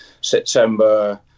September